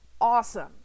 Awesome